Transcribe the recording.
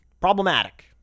Problematic